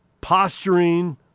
posturing